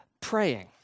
praying